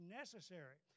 necessary